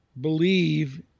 believe